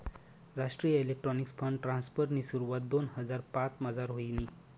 राष्ट्रीय electronics fund ट्रान्स्फरनी सुरवात दोन हजार पाचमझार व्हयनी